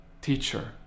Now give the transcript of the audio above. Teacher